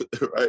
right